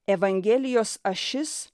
evangelijos ašis